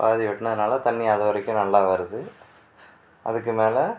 பாதி வெட்டினதுனால தண்ணி அதுவரைக்கும் நல்லா வருது அதுக்கு மேலே